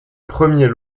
premier